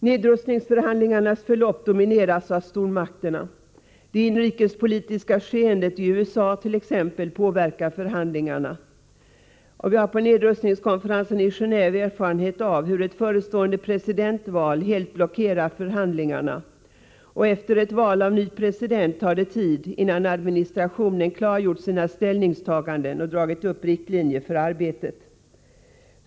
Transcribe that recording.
Nedrustningsförhandlingarnas förlopp domineras av stormakterna. Det inrikespolitiska skeendet i USA t.ex. påverkar förhandlingarna. Från nedrustningskonferensen i Genéve har vi erfarenhet av hur ett förestående presidentval helt blockerar förhandlingarna. Efter ett val av ny president tar det tid innan administrationen klargjort sina ställningstaganden och dragit upp riktlinjer för arbetet.